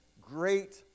great